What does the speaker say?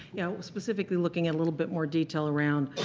yeah specifically looking at a little bit more detail around